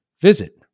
Visit